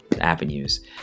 avenues